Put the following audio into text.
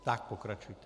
Tak pokračujte.